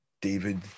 David